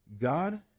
God